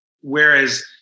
whereas